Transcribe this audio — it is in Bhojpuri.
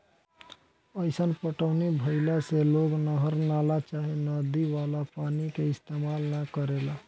अईसन पटौनी भईला से लोग नहर, नाला चाहे नदी वाला पानी के इस्तेमाल न करेला